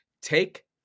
take